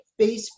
Facebook